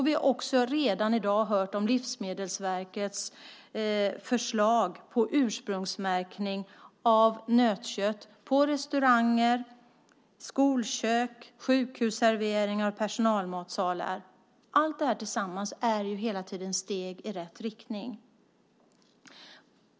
Vi har också redan i dag hört om Livsmedelsverkets förslag på ursprungsmärkning av nötkött på restauranger, i skolkök, sjukhusserveringar och personalmatsalar. Allt det här tillsammans är hela tiden steg i rätt riktning.